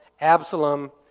Absalom